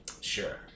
Sure